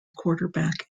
quarterback